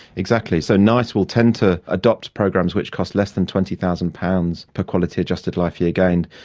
exactly. so nice will tend to adopt programs which cost less than twenty thousand pounds per quality adjusted life year gained.